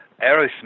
Aerosmith